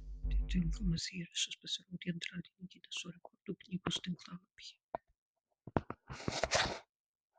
atitinkamas įrašas pasirodė antradienį gineso rekordų knygos tinklalapyje